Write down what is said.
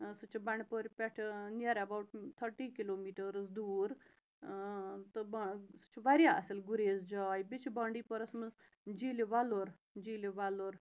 سُہ چھِ بنٛڈٕ پورِ پٮ۪ٹھٕ نِیَر اٮ۪باوُٹ تھٔٹی کِلومیٖٹٲرٕس دوٗر تہٕ سُہ چھِ واریاہ اَصٕل گُریز جاے بیٚیہِ چھِ بانٛڈی پورہَس منٛز جیٖلہِ وَلُر جیٖلہِ وَلُر